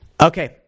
Okay